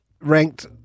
ranked